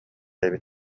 эбит